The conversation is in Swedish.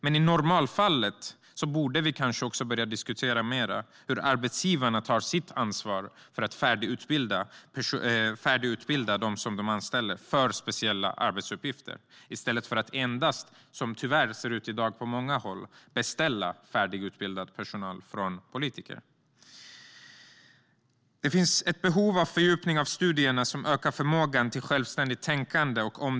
Men i normalfallet borde vi kanske börja diskutera mer hur arbetsgivarna tar sitt ansvar för att färdigutbilda de människor som de anställer för speciella arbetsuppgifter i stället för att endast - så ser det tyvärr ut i dag på många håll - beställa färdigutbildad personal från politiker. Det finns ett behov av fördjupning av studierna, som ökar omdömet och förmågan till självständigt tänkande.